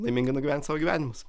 laimingai nugyvent savo gyvenimus